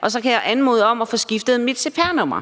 og så kan jeg anmode om at få skiftet mit cpr-nummer.